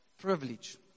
privilege